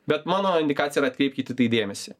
bet mano indikacija yra atkreipkitį tai dėmesį